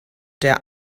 der